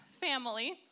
family